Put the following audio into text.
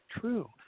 true